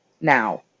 now